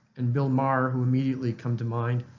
and bill maher who immediately come to mind